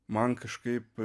man kažkaip